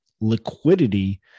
liquidity